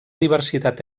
diversitat